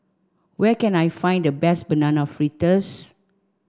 where can I find the best banana fritters